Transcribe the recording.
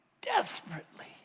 desperately